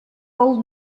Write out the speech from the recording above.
old